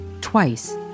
twice